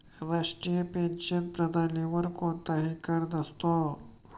राष्ट्रीय पेन्शन प्रणालीवर कोणताही कर नसतो